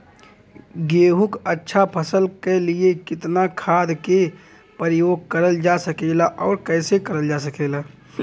गेहूँक अच्छा फसल क लिए कितना खाद के प्रयोग करल जा सकेला और कैसे करल जा सकेला?